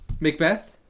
Macbeth